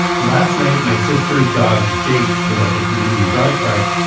last night, my sister's dog jake was at the community dog park.